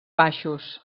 baixos